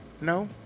no